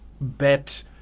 bet